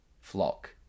flock